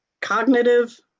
Cognitive